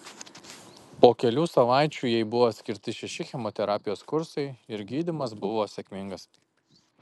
po kelių savaičių jai buvo skirti šeši chemoterapijos kursai ir gydymas buvo sėkmingas